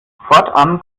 fortan